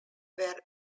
were